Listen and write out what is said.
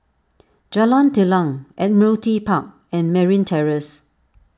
Jalan Telang Admiralty Park and Merryn Terrace